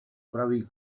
praví